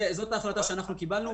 זאת ההחלטה שקיבלנו.